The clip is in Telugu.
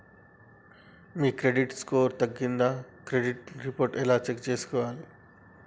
మీ క్రెడిట్ స్కోర్ తగ్గిందా క్రెడిట్ రిపోర్ట్ ఎలా చెక్ చేసుకోవాలి?